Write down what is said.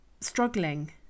struggling